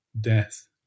death